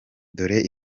dore